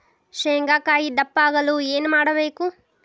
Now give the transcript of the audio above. ಶೇಂಗಾಕಾಯಿ ದಪ್ಪ ಆಗಲು ಏನು ಮಾಡಬೇಕು?